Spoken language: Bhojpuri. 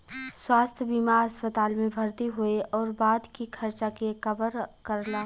स्वास्थ्य बीमा अस्पताल में भर्ती होये आउर बाद के खर्चा के कवर करला